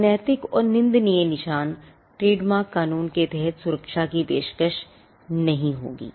अनैतिक और निंदनीय निशान ट्रेडमार्क कानून के तहत सुरक्षा की पेशकश नहीं होगी